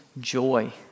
joy